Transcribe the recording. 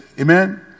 Amen